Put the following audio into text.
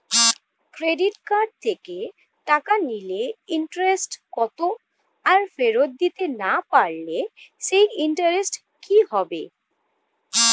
Credit card থেকে টাকা নিলে ইন্টারেস্ট কত আর ফেরত দিতে না পারলে সেই ইন্টারেস্ট কি হবে?